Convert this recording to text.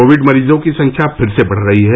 Covid मरीजों की संख्या फिर से बढ़ रही है